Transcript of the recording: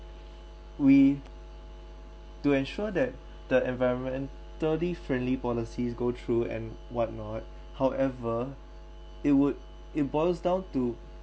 we to ensure that the environmentally friendly policies go through and what not however it would it boils down to